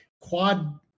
quad